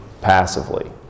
passively